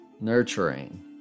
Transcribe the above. nurturing